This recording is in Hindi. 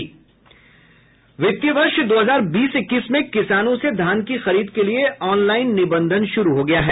वित्तीय वर्ष दो हजार बीस इक्कीस में किसानों से धान की खरीद के लिए ऑनलाईन निबंधन शुरू हो गया है